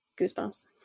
goosebumps